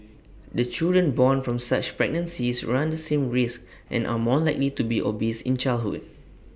the children born from such pregnancies run the same risk and are more likely to be obese in childhood